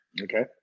Okay